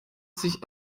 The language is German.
sich